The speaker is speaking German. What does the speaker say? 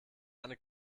eine